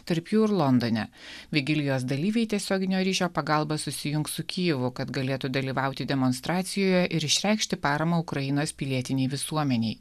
tarp jų ir londone vigilijos dalyviai tiesioginio ryšio pagalba susijungs su kijevu kad galėtų dalyvauti demonstracijoje ir išreikšti paramą ukrainos pilietinei visuomenei